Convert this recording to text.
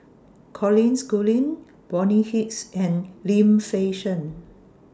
Colin Schooling Bonny Hicks and Lim Fei Shen